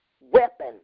weapon